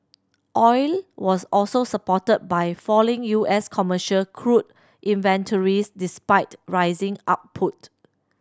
oil was also supported by falling U S commercial crude inventories despite rising output